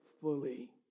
fully